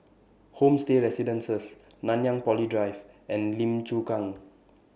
Homestay Residences Nanyang Poly Drive and Lim Chu Kang